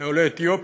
לעולי אתיופיה: